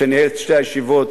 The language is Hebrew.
שניהל את שתי הישיבות,